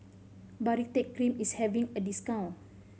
Baritex Cream is having a discount